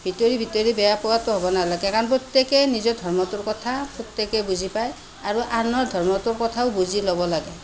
ভিতৰি ভিতৰি বেয়া পোৱাটো হ'ব নেলাগে কাৰণ প্ৰত্যেকেই নিজৰ ধৰ্মটোৰ কথা প্ৰত্যেকেই বুজি পায় আৰু আনৰ ধৰ্মটোৰ কথাও বুজি ল'ব লাগে